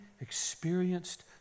experienced